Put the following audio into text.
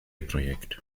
projekt